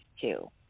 two